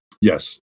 Yes